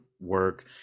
work